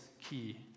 key